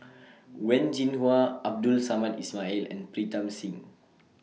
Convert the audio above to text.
Wen Jinhua Abdul Samad Ismail and Pritam Singh